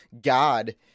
god